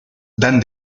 dan